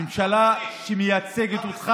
מי זה